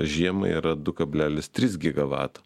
žiemai yra du kablelis trys gigavato